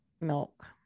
milk